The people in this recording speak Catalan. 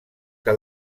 que